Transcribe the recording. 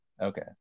Okay